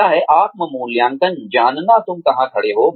पहला है आत्म मूल्यांकन जानना तुम कहां खड़े हो